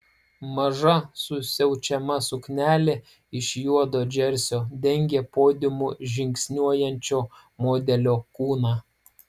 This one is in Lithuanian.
maža susiaučiama suknelė iš juodo džersio dengė podiumu žingsniuojančio modelio kūną